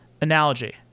analogy